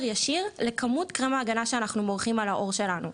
ישיר לכמות שאנחנו מורחים על העור שלנו,